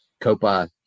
Copa